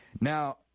Now